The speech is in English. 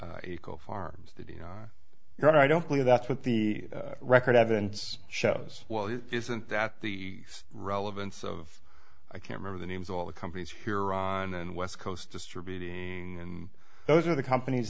honor i don't believe that's what the record evidence shows well isn't that the relevance of i can remember the names of all the companies here on and west coast distributing and those are the companies